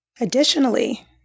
Additionally